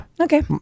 Okay